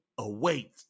Await